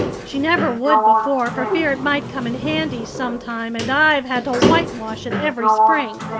she never would before for fear it might come in handy sometime and i've had to whitewash it every spring.